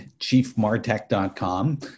chiefmartech.com